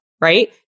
right